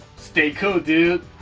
stay cool, dude.